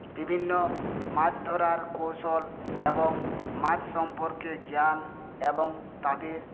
বিভিন্ন মাছ ধরার কৌশল এবং মাছ সম্পর্কে জ্ঞান এবং তাদের